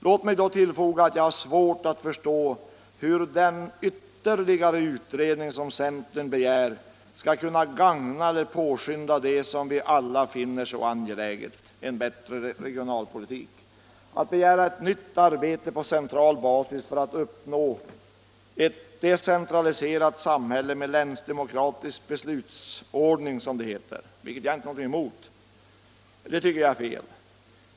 Låt mig då tillfoga att jag har svårt att förstå hur den ytterligare utredning som centern begär skall kunna gagna eller påskynda det som vi alla finner så angeläget — en bättre regionalpolitik. Att begära ett nytt arbete på central basis för att uppnå, som det heter, ett decentraliserat samhälle med länsdemokratisk beslutsordning, tycker jag är fel.